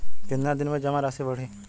कितना दिन में जमा राशि बढ़ी?